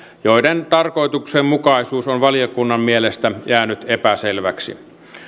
joiden tarkoituksenmukaisuus on valiokunnan mielestä jäänyt epäselväksi